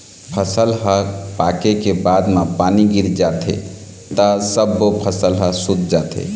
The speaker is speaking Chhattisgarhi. फसल ह पाके के बाद म पानी गिर जाथे त सब्बो फसल ह सूत जाथे